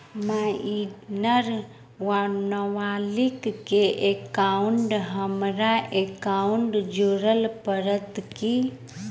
Minor वा नबालिग केँ एकाउंटमे हमरो एकाउन्ट जोड़य पड़त की?